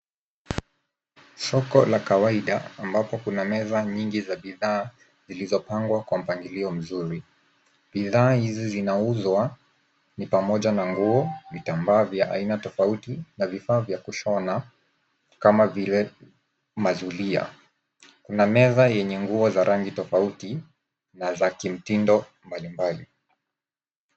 Soko la kawaida ambapo kuna meza nyingi za bidhaa zilizopangwa kwa mpangilio mzuri. Bidhaa hizi zinauzwa ni pamoja na nguo, vitambaa vya aina tofauti na vifaa vya kushona kama vile mazulia. Kuna meza yenye nguo za rangi tofauti na za kimtindo mbalimbali.